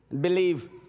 Believe